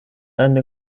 eine